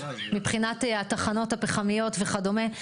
מבחינת התחנות הפחמיות וכדומה,